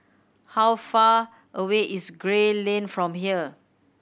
how far away is Gray Lane from here